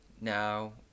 Now